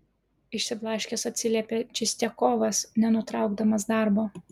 išsiblaškęs atsiliepė čistiakovas nenutraukdamas darbo